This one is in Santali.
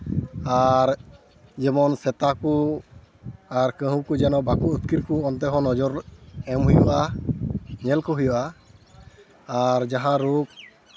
ᱟᱨ ᱡᱮᱢᱚᱱ ᱥᱮᱛᱟ ᱠᱚ ᱟᱨ ᱠᱟᱹᱦᱩ ᱠᱚ ᱡᱮᱱᱚ ᱵᱟᱠᱚ ᱟᱹᱛᱠᱤᱨ ᱠᱚ ᱚᱱᱛᱮ ᱦᱚᱸ ᱱᱚᱡᱚᱨ ᱮᱢ ᱦᱩᱭᱩᱜᱼᱟ ᱧᱮᱞ ᱠᱚ ᱦᱩᱭᱩᱜᱼᱟ ᱟᱨ ᱡᱟᱦᱟᱸ ᱨᱳᱜᱽ